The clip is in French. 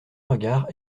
regards